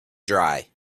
dry